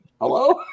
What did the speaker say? Hello